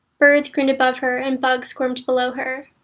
birds crooned above her and bugs squirmed below her.